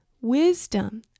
wisdom